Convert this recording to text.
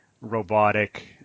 robotic